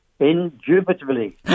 indubitably